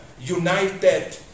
united